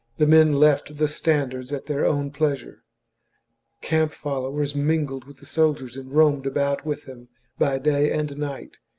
the men left the standards at their own pleasure camp followers mingled with the sol diers and roamed about with them by day and night.